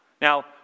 Now